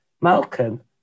Malcolm